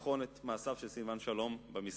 לבחון את מעשיו של סילבן שלום במשרד.